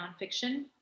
nonfiction